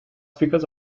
because